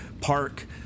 park